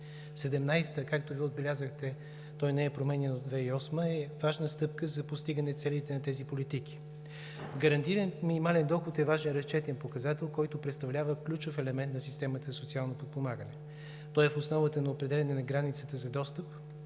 г. – както Вие отбелязахте, той не е променян от 2008 г., е важна стъпка за постигане на целите на тези политики. Гарантираният минимален доход е важен разчетен показател, който представлява ключов елемент на системата за социално подпомагане. Той е в основата на определяне на границата за достъп.